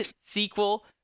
sequel